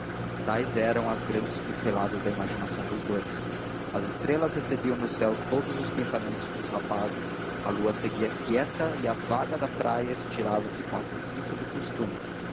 tais eram as grandes pinceladas da imaginação dos dous as estrelas recebiam no céu todos os pensamentos dos rapazes a lua seguia quieta e a vaga da praia estirava se com a preguiça do costume